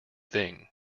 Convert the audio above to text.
thing